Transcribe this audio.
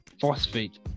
phosphate